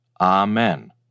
Amen